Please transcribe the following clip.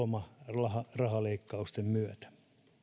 lomarahaleikkausten myötä